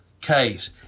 case